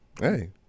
Hey